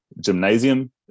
gymnasium